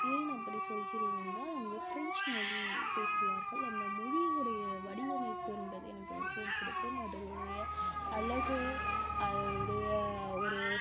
ஏன் அப்படி சொல்கிறேன் என்றால் அங்கோ ஃப்ரென்ச் மொழி பேசுவார்கள் அந்த மொழினுடைய வடிவமைப்பு என்பது எனக்கு மிகவும் பிடிக்கும் அதுலுடைய அழகு அது உடைய ஒரு